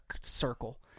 circle